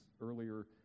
earlier